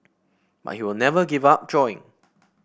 but he will never give up drawing